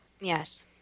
Yes